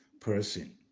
person